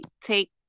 take